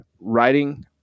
writing